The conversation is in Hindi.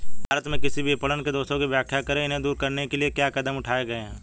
भारत में कृषि विपणन के दोषों की व्याख्या करें इन्हें दूर करने के लिए क्या कदम उठाए गए हैं?